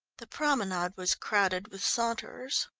the promenade was crowded with saunterers.